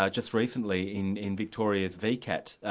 ah just recently in in victoria's vcat,